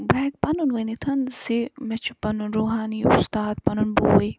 بہٕ ہٮ۪کہٕ پَنُن ؤنِتھ زِ مےٚ چھُ پَنُن روٗحانی اُستاد پَنُن بوے